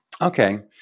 Okay